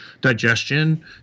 digestion